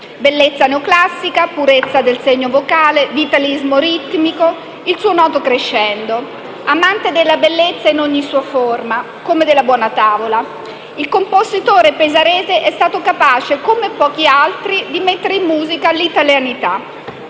bellezza neoclassica, purezza del segno vocale, vitalismo ritmico, il suo noto crescendo. Amante della bellezza in ogni sua forma, come della buona tavola, il compositore pesarese è stato capace - come pochi altri - di mettere in musica l'italianità.